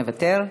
מוותר.